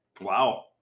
Wow